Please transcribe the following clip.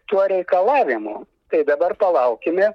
tuo reikalavimu tai dabar palaukime